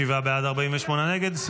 57 עד, 48 נגד.